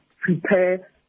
prepare